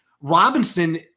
Robinson